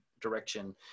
direction